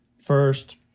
First